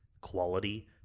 quality